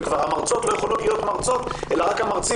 והמרצות כבר לא יכולות להיות מרצות אלא רק המרצים